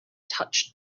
touched